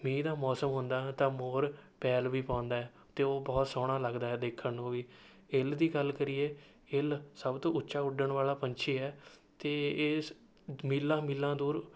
ਮੀਂਹ ਦਾ ਮੌਸਮ ਹੁੰਦਾ ਹੈ ਤਾਂ ਮੋਰ ਪੈਲ ਵੀ ਪਾਉਂਦਾ ਹੈ ਅਤੇ ਉਹ ਬਹੁਤ ਸੋਹਣਾ ਲੱਗਦਾ ਹੈ ਦੇਖਣ ਨੂੰ ਵੀ ਇੱਲ ਦੀ ਗੱਲ ਕਰੀਏ ਇੱਲ ਸਭ ਤੋਂ ਉੱਚਾ ਉੱਡਣ ਵਾਲਾ ਪੰਛੀ ਹੈ ਅਤੇ ਇਸ ਮੀਲਾਂ ਮੀਲਾਂ ਦੂਰ